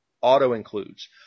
auto-includes